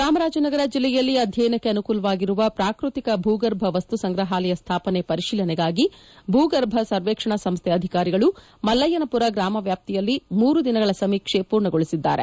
ಚಾಮರಾಜನಗರ ಜಿಲ್ಲೆಯಲ್ಲಿ ಅಧ್ಯಯನಕ್ಕೆ ಅನುಕೂಲವಾಗಿರುವ ಪ್ರಾಕೃತಿಕ ಭೂಗರ್ಭ ವಸ್ತು ಸಂಗ್ರಹಾಲಯ ಸ್ಣಾಪನೆ ಪರಿಶೀಲನೆಗಾಗಿ ಭೂಗರ್ಭ ಸರ್ವೇಕ್ಷಣಾ ಸಂಸ್ದೆ ಅಧಿಕಾರಿಗಳು ಮಲ್ಲಯ್ಯನಪುರ ಗ್ರಾಮವ್ಯಾಪ್ತಿಯಲ್ಲಿ ಮೂರು ದಿನಗಳ ಸಮೀಕ್ಷೆಯನ್ನು ಪೂರ್ಣಗೊಳಿಸಿದ್ದಾರೆ